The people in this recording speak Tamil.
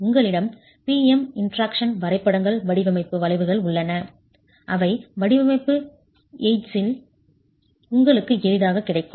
உங்களிடம் P M இன்டராக்ஷன் வரைபடங்கள் வடிவமைப்பு வளைவுகள் உள்ளன அவை வடிவமைப்பு எய்ட்ஸில் உங்களுக்கு எளிதாகக் கிடைக்கும்